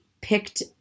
picked